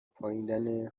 پائیدن